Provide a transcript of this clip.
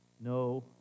no